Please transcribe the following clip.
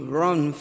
run